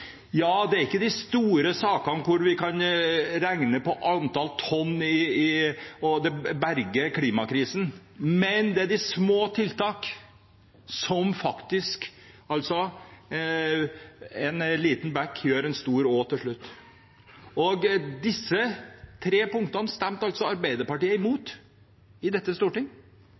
Det er ikke de store sakene, hvor vi kan regne på antall tonn, og hvor det kan berge oss fra klimakrisen, men det er de små tiltak som faktisk gjør en liten bekk til en stor å til slutt. Disse tre punktene stemte altså Arbeiderpartiet imot i dette storting.